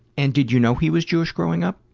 and did you know he was jewish growing up?